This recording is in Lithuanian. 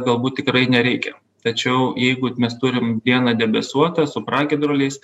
galbūt tikrai nereikia tačiau jeigu mes turim dieną debesuotą su pragiedruliais